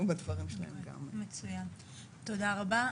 תודה רבה.